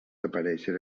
aparèixer